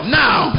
now